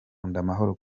amahoro